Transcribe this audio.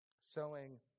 sowing